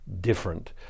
different